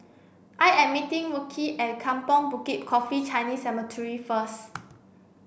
I am meeting Wilkie at Kampong Bukit Coffee Chinese Cemetery first